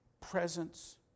presence